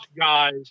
guys